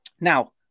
Now